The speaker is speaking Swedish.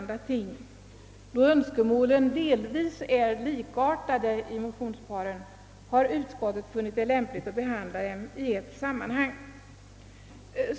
Då motionsparens önskemål delvis är likartade har utskottet funnit lämpligt att behandla dem i ett sammanhang.